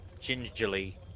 gingerly